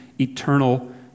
eternal